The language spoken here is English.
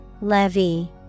Levy